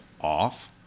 off